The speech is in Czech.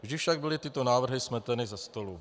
Vždy však byly tyto návrh smeteny ze stolu.